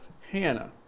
Hannah